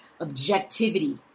objectivity